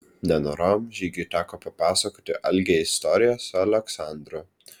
nenorom žygiui teko papasakoti algei istoriją su aleksandru